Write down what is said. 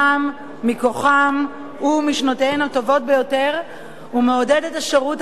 מכוחם ומשנותיהם הטובות ביותר ומעודד את השירות הצבאי,